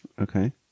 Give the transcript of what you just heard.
Okay